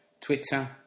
Twitter